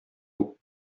eau